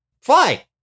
Fly